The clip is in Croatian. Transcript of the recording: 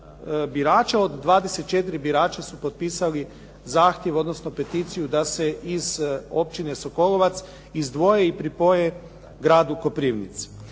od 24 birača su potpisali zahtjev, odnosno peticiju da se iz općine Sokolovac izdvoje i pripoje gradu Koprivnici.